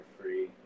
free